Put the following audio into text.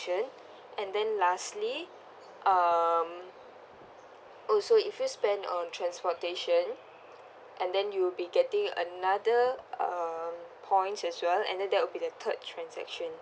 and then lastly um also if you spend on transportation and then you'll be getting another uh points as well and then that will be the third transaction